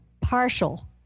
Partial